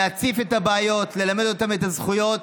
להציף את הבעיות, ללמד אותם את הזכויות,